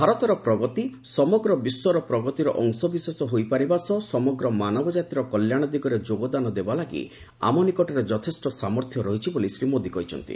ଭାରତର ପ୍ରଗତି ସମଗ୍ର ବିଶ୍ୱର ପ୍ରଗତିର ଅଂଶବିଶେଷ ହୋଇପାରିବା ସହ ସମଗ୍ର ମାନବକ୍ରାତିର କଲ୍ୟାଣ ଦିଗରେ ଯୋଗଦାନ ଦେବା ଲାଗି ଆମ ନିକଟରେ ଯଥେଷ୍ଟ ସାମର୍ଥ୍ୟ ରହିଛି ବୋଲି ଶ୍ରୀ ମୋଦୀ କହିଛନ୍ତି